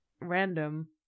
random